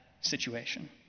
situation